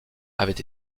avait